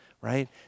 right